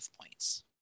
points